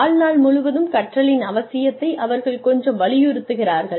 வாழ்நாள் முழுவதும் கற்றலின் அவசியத்தை அவர்கள் கொஞ்சம் வலியுறுத்துகிறார்கள்